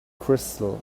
crystal